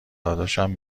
داداشم